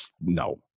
no